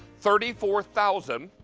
thirty four thousand.